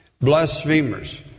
blasphemers